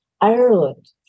Ireland